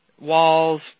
walls